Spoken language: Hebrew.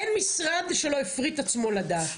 אין משרד שלא הפריט את עצמו לדעת,